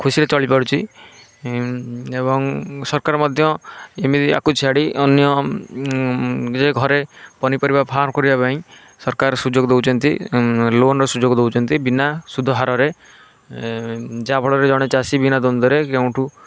ଖୁସିରେ ଚଳି ପାରୁଛି ଏବଂ ସରକାର ମଧ୍ୟ ଏମିତି ୟାକୁ ଛାଡ଼ି ଅନ୍ୟ ଘରେ ପନିପରିବା ଫାର୍ମ୍ କରିବା ପାଇଁ ସରକାର ସୁଯୋଗ ଦଉଛନ୍ତି ଲୋନ୍ର ସୁଯୋଗ ଦେଉଛନ୍ତି ବିନା ସୁଧ ହାରରେ ଯାହା ଫଳରେ ଜଣେ ଚାଷୀ ବିନା ଦ୍ୱନ୍ଦରେ କେଉଁଠୁ